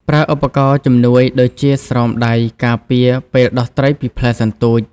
ប្រើឧបករណ៍ជំនួយ ដូចជាស្រោមដៃការពារពេលដោះត្រីពីផ្លែសន្ទូច។